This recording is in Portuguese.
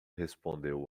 respondeu